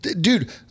Dude